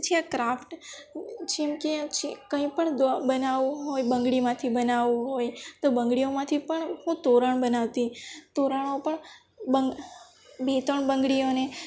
પછી આ ક્રાફ્ટ જેમકે આજે કંઈપણ બનાવવું હોય બંગડીમાંથી બનાવવું હોય તો બંગડીઓમાંથી પણ હું તોરણ બનાવતી તોરણો પણ બે ત્રણ બંગડીઓને